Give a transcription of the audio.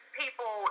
people